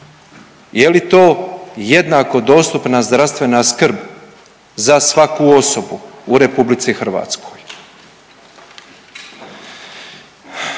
Je li to jednako dostupna zdravstvena skrb za svaku osobu u RH?